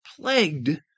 plagued